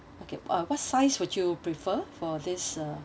okay uh what size would you prefer for this uh